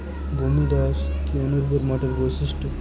ভূমিধস কি অনুর্বর মাটির বৈশিষ্ট্য?